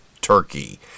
turkey